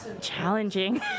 challenging